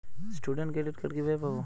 Student credit card কিভাবে পাব?